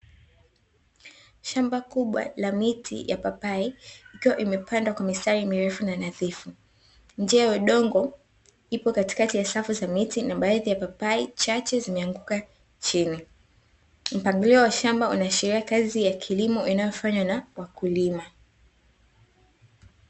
Shamba kubwa la miti ya papai ikiwa imepandwa kwa mistari mirefu na nadhifu. Njia ya udongo ipo katikati ya safu za miti na baadhi ya papai chache zimeanguka chini. Mpangilio wa shamba unaashiria kazi ya kilimo inayofanywa na wakulima.